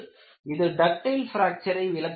இது டக்டைல் பிராக்ச்சரை விளக்குகிறது